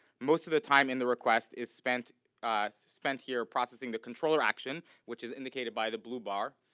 most of the time in the request is spent spent here processing the controller action which is indicated by the blue bar,